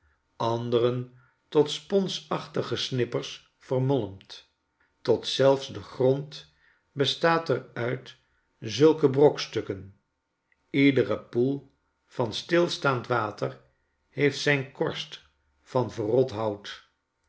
e tot sponsachtige snippers vermolmd tot zelfs de grond bestaat er uit zulke brokstukkenjiederepoelvanstilstaand water heeft zijn korst van verrot hout